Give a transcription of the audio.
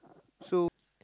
so